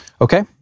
Okay